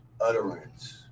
utterance